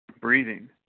breathing